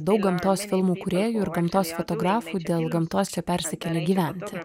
daug gamtos filmų kūrėjų ir gamtos fotografų dėl gamtos čia persikėlė gyventi